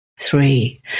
three